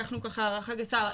לקחנו ככה הערכה גסה,